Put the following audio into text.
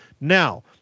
Now